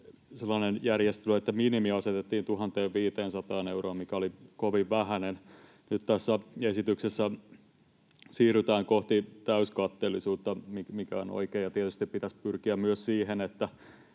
sellainen järjestely, että minimi asetettiin 1 500 euroon, mikä oli kovin vähäinen. Nyt tässä esityksessä siirrytään kohti täyskatteellisuutta, mikä on oikein, ja tietysti pitäisi pyrkiä myös ei